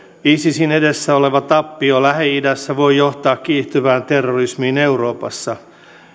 isisin edessä oleva tappio lähi idässä voi johtaa kiihtyvään terrorismiin euroopassa